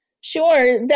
Sure